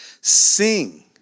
sing